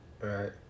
right